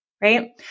right